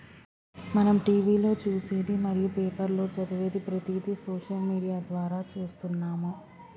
మనం టీవీలో చూసేది మరియు పేపర్లో చదివేది ప్రతిదీ సోషల్ మీడియా ద్వారా చూస్తున్నాము